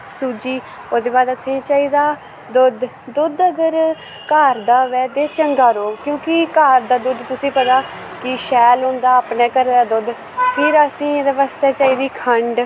सूजी ओह्दे बाद असें चाहिदा दुध्द दुध्द अगर घर दा होग ते चंगा रौह्ग क्योंकि घर दा दुध्द तुसें पता कि शैल होंदा अपने घरे दा दुध्द फिर असें एह्दै बास्तै चाही दी खण्ड